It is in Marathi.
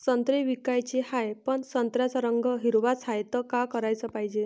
संत्रे विकाचे हाये, पन संत्र्याचा रंग हिरवाच हाये, त का कराच पायजे?